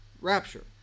rapture